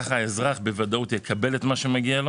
ככה האזרח בוודאות יקבל את מה שמגיע לו